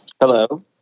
Hello